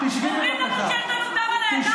אני